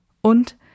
und